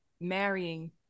marrying